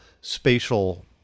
spatial